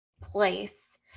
place